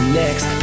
next